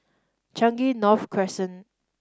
Changi North Crescent